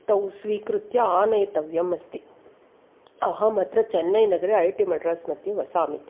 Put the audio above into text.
तौ स्वीकृत्य आनेतव्यमस्ति अहमत्र चेन्नै नगरे ऐ ऐ टि मड्रास् मध्ये वसामि